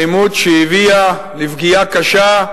אלימות שהביאה לפגיעה קשה,